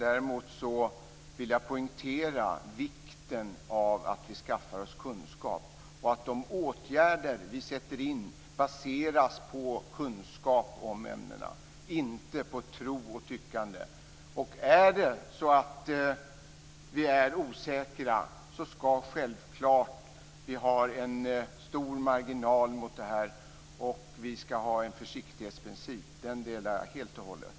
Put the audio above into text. Däremot vill jag poängtera vikten av att vi skaffar oss kunskap och att de åtgärder som vi sätter in baseras på kunskap om ämnena, inte på tro och tyckande. Är det så att vi är osäkra ska vi självklart ha en bred marginal här. Dessutom ska vi ha en försiktighetsprincip. Den uppfattningen delar jag helt och hållet.